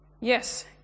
Yes